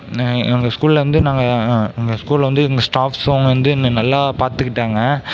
எங்கள் ஸ்கூலேருந்து நாங்கள் எங்கள் ஸ்கூலில் வந்து எங்கள் ஸ்டாப்ஸும் வந்து என்னை நல்லா பார்த்துக்கிட்டாங்க